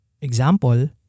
Example